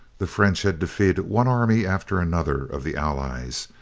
the french had defeated one army after another, of the allies,